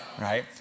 right